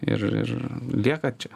ir ir lieka čia